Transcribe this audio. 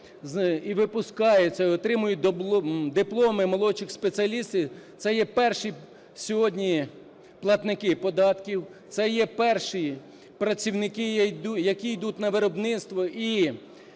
і випускаються, і отримують дипломи молодших спеціалістів, - це є перші сьогодні платники податків. Це є перші працівники, які йдуть на виробництво,